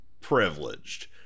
privileged